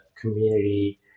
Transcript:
community